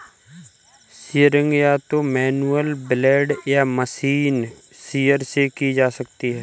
shearing या तो manual blade या मशीन शीयर से की जा सकती है